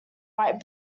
white